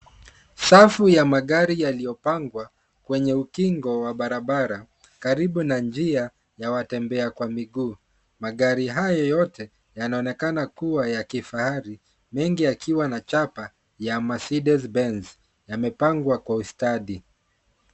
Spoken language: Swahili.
Safu ya magari yaliyopangwa kwenye ukingo wa barabara, karibu na njia ya watembea kwa miguu. Magari haya yote yanaonekana kuwa ya kifahari, mingi yakiwa na chapa ya maceedez benz yamepangwa kwa ustadi.